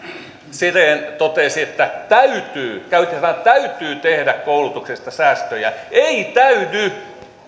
siren totesi että täytyy hän käytti sanaa täytyy tehdä koulutuksesta säästöjä ei täydy